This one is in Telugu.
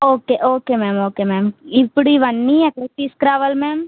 okay okay ma'am okay ma'am ఇప్పుడు ఇవన్నీ ఎక్కడికి తీసుకురావాలి మ్యామ్